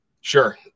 Sure